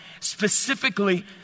specifically